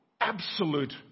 absolute